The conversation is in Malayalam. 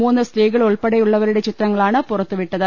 മൂന്ന് സ്ത്രീകൾ ഉൾപ്പെടെയുള്ളവരുടെ ചിത്രങ്ങളാണ് പുറത്തുവിട്ടത്